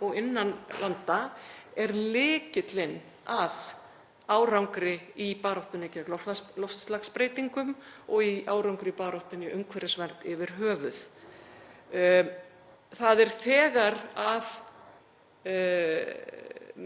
og innan landa, er lykillinn að árangri í baráttunni gegn loftslagsbreytingum og í árangri í baráttunni í umhverfisvernd yfir höfuð. Það er þegar